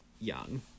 young